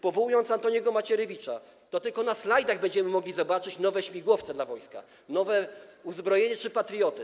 Powołał pan Antoniego Macierewicza i tylko na slajdach będziemy mogli zobaczyć nowe śmigłowce dla wojska, nowe uzbrojenie czy patrioty.